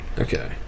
Okay